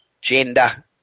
gender